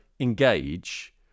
engage